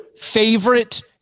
favorite